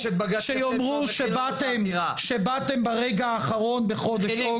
שיאמרו שבאתם, שבאתם ברגע האחרון בחודש אוגוסט.